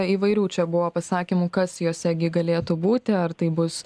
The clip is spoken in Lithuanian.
įvairių čia buvo pasakymų kas jose gi galėtų būti ar tai bus